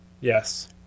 Yes